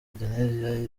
indonesia